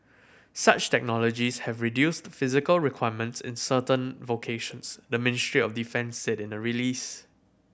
such technologies have reduced physical requirements in certain vocations the Ministry of Defence said in a release